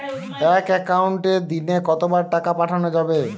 এক একাউন্টে দিনে কতবার টাকা পাঠানো যাবে?